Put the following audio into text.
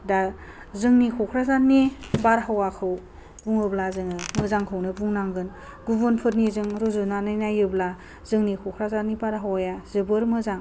दा जोंनि क'क्राझारनि बारहावाखौ बुङोब्ला जोङो मोजांखौनो बुंनांगोन गुबुनफोरनिजों रुजुनानै नायोब्ला जोंनि क'क्राझारनि बारहावाया जोबोर मोजां